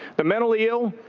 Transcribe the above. the mentally ill?